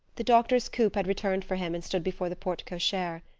the doctor's coupe had returned for him and stood before the porte cochere.